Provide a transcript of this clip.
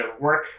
work